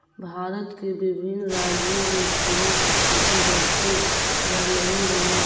भारत के विभिन्न राज्यों में फूलों की खेती बढ़ते रहलइ हे